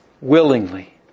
willingly